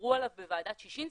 שדיברו עליו בוועדת ששינסקי,